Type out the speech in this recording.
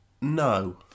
No